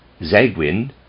Zegwin